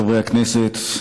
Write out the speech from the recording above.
חברי הכנסת,